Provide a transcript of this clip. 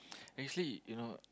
actually you know